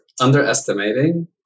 underestimating